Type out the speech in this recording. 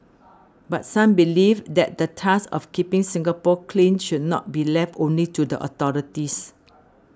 but some believe that the task of keeping Singapore clean should not be left only to the authorities